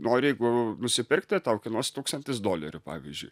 nori jeigu nusipirkti tau kainuos tūkstantis dolerių pavyzdžiui